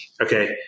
okay